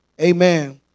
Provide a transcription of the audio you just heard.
Amen